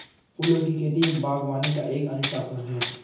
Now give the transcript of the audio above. फूलों की खेती, बागवानी का एक अनुशासन है